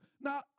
Now